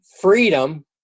freedom